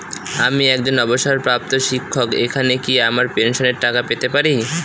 আমি একজন অবসরপ্রাপ্ত শিক্ষক এখানে কি আমার পেনশনের টাকা পেতে পারি?